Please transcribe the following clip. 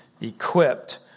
equipped